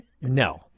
No